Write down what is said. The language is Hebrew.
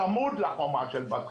צמוד לחומה של בת חפר.